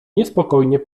niespokojnie